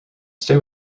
stay